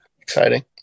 exciting